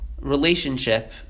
relationship